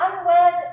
unwed